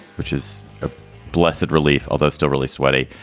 which is a blessed relief, although still really sweaty.